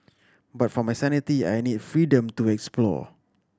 but for my sanity I need freedom to explore